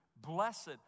Blessed